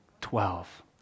Twelve